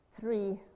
three